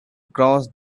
crossed